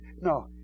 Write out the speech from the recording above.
No